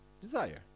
Desire